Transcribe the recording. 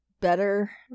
better